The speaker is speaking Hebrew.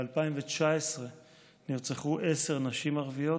ב-2019 נרצחו עשר נשים ערביות,